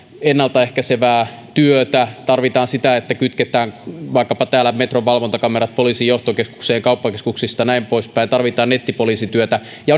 ennaltaehkäisevää työtä tarvitaan sitä että kytketään vaikkapa täällä metron ja kauppakeskusten valvontakamerat poliisin johtokeskukseen ja näin poispäin tarvitaan nettipoliisityötä ja